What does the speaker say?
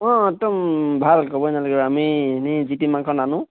অঁ একদম ভাল ক'বই নালাগে আমি এনেই যিটি মাংখন নানোঁ